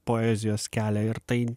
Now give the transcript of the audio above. vien poeziją poezijos kelią ir tai